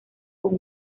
con